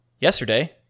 Yesterday